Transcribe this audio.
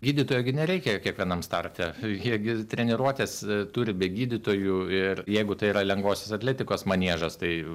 gydytojo gi nereikia kiekvienam starte jie gi treniruotes turi be gydytojų ir jeigu tai yra lengvosios atletikos maniežas tai